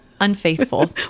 Unfaithful